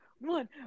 one